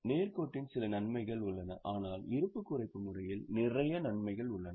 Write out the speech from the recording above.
நேர் கோட்டின் சில நன்மைகள் உள்ளன ஆனால் இருப்பு குறைப்பு முறையில் நிறைய நன்மைகள் உள்ளன